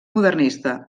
modernista